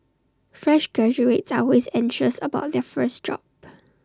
fresh graduates are always anxious about their first job